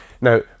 Now